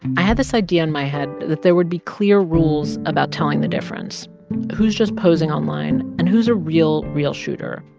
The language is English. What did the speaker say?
i had this idea in my head that there would be clear rules about telling the difference who's just posing online and who's a real, real shooter?